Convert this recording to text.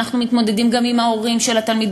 אנחנו מתמודדים גם עם ההורים של התלמידים,